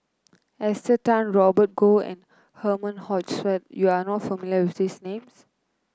Esther Tan Robert Goh and Herman Hochstadt you are not familiar with these names